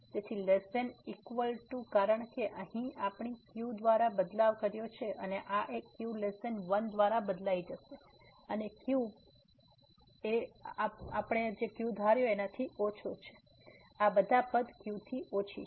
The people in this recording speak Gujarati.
તેથી less than equal less than equal to કારણ કે અહીં આપણી q દ્વારા બદલાવ કર્યો છે અને આ એક q 1 દ્વારા બદલાઈ જશે અને q આપણ q થી ઓછો છે આ બધા પદ q થી ઓછી છે